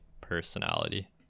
personality